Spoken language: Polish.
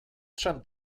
trzem